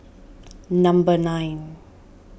number nine